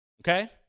okay